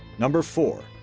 number four,